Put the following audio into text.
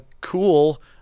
cool